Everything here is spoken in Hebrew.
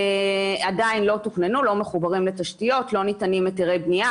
ועדיין לא תוכננו ולא מחוברים לתשתיות ולא ניתנים היתרי בנייה.